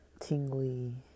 tingly